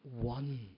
one